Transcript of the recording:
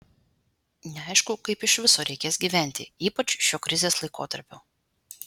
neaišku kaip iš viso reikės gyventi ypač šiuo krizės laikotarpiu